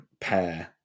pair